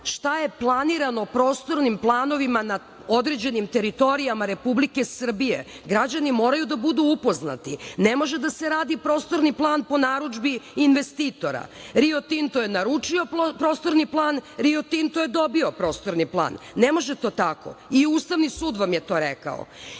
šta je planirano prostornim planovima na određenim teritorijama Republike Srbije. Građani moraju da budu upoznati, ne može da se radi prostorni plan po narudžbi investitora. Rio Tinto je naručio prostorni plan, Rio Tinto je dobio prostorni plan, ne može to tako. I Ustavni sud vam je to rekao. Onda,